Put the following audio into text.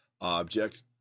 object